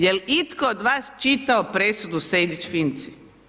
Jel' itko od vas čitao presudu Sejdić-Finci?